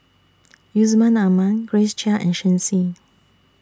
Yusman Aman Grace Chia and Shen Xi